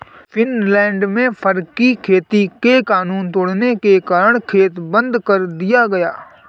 Finland में फर की खेती के कानून तोड़ने के कारण खेत बंद कर दिया गया